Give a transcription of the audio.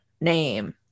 name